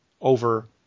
over